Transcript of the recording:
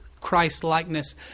Christ-likeness